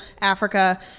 Africa